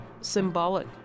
symbolic